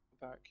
back